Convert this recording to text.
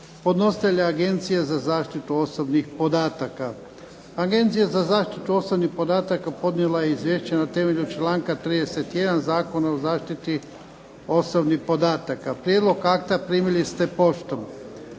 Podnositelj: Agencija za zaštitu osobnih podataka Agencija za zaštitu osobnih podataka podnijela je izvješće na temelju članka 31. Zakona o zaštiti osobnih podataka. Prijedlog akta primili ste poštom.